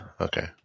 okay